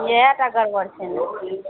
इएह टा गड़बड़ छै ने